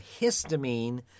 histamine